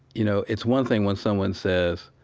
you know, it's one thing when someone says,